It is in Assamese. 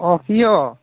অ কিয়